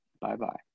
Bye-bye